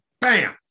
Bam